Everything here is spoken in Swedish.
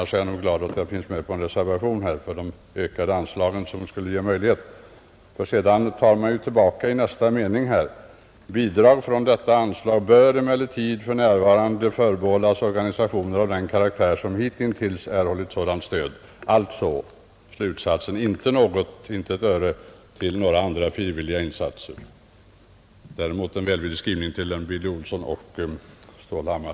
Eljest är jag glad för att jag finns med på en reservation om ökade anslag som skulle ge ett stöd för dessa organisationers verksamhet. Sedan tar man tillbaka det i nästa mening:”Bidrag från detta anslag bör emellertid för närvarande förbehållas organisationer av den karaktär som hitintills erhållit sådant stöd.” Slutsatsen blir alltså: inte ett öre till några andra frivilliga insatser. Däremot får Billy Olssons och Stålhammars motion en välvillig skrivning.